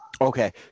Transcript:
Okay